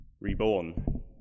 Reborn